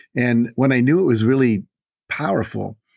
and when i knew it was really powerful,